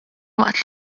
waqt